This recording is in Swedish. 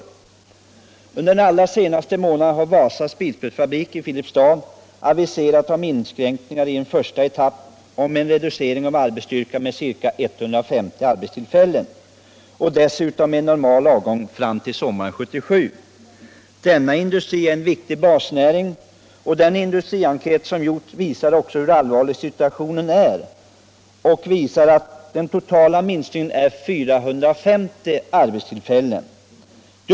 Ytterligare industri Under den allra senaste månaden har Wasabröd AB i Filipstad aviserat — centeranläggningar, om inskränkningar, i första etappen om en reducering av arbetsstyrkan — mm.m. med ca 150 och dessutom med normal avgång fram till sommaren 1977. Denna industri är en viktig basnäring. En industrienkät som gjorts visar hurallvarlig situationen är. Den totala minskningen är 450 arbetstillfällen.